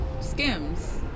skims